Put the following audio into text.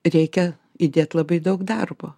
reikia įdėt labai daug darbo